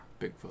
Bigfoot